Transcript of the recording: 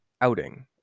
outing